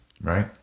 right